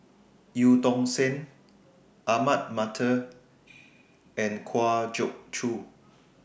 EU Tong Sen Ahmad Mattar and Kwa Geok Choo